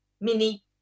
mini